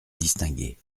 distingué